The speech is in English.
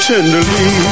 Tenderly